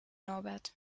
norbert